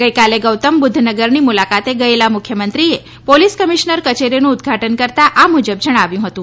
ગઈકાલે ગૌતમ બુધ્ધ નગરની મુલાકાતે ગયેલા મુખ્યમંત્રીએ પોલીસ કમિશનર કચેરીનું ઉદઘાટન કરતાં આ મુજબ જણાવ્યું હતું